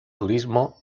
turismo